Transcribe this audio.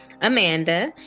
Amanda